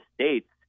states